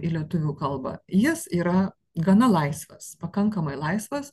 į lietuvių kalbą jis yra gana laisvas pakankamai laisvas